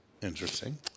Interesting